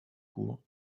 courts